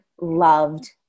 loved